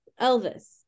Elvis